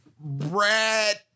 Brad